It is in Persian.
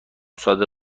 صادق